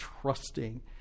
trusting